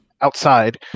outside